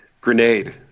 Grenade